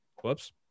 Whoops